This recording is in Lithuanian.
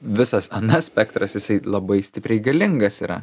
visas anas spektras jisai labai stipriai galingas yra